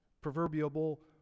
proverbial